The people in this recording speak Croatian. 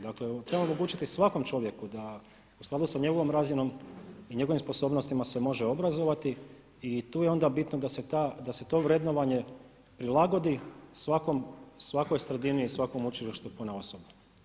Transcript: Dakle, treba omogućiti svakom čovjeku da u skladu s njegovom razinom i njegovom sposobnostima se može obrazovati i tu je onda bitno da se to vrednovanje prilagodi svakoj sredini i svakom učilištu ponaosob.